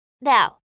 Now